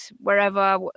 wherever